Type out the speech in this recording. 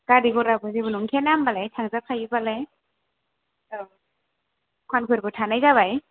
गारि गराफोर जेबो नंखायाना होनबालाय थांजाखायोबालाय औ दखानफोरबो थानाय जाबाय